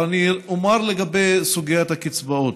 אבל אני אומר, לגבי סוגיית הקצבאות: